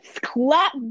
clap